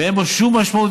ואין לו שום משמעות,